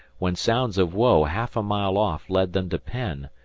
when sounds of woe half a mile off led them to penn,